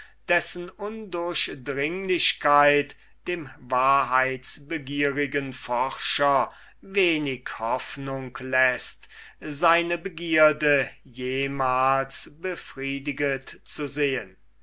dessen undurchdringlichkeit dem wahrheitsbegierigen forscher wenig hoffnung läßt seine begierde jemals befriediget zu sehen